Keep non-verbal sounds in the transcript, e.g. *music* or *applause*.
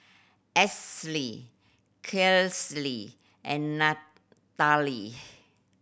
Ashely *unintelligible* and Natalie